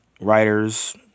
writers